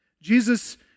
Jesus